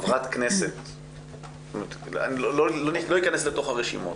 אני לא אכנס לתוך הרשימות,